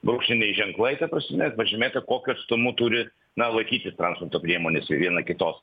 brūkšniniai ženklai ta prasme pažymėta kokiu atstumu turi na laikytis transporto priemonės viena kitos